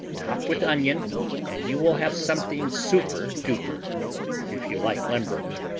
top with onion and you will have something super-duper if you like limburger.